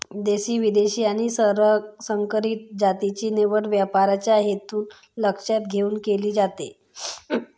देशी, विदेशी आणि संकरित जातीची निवड व्यापाराचा हेतू लक्षात घेऊन केली जाते